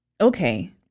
okay